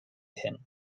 him